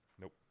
Nope